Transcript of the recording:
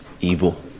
evil